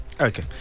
Okay